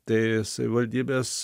tai savivaldybės